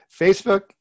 Facebook